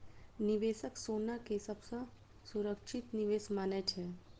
निवेशक सोना कें सबसं सुरक्षित निवेश मानै छै